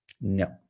No